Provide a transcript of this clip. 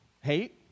Hate